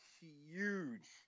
huge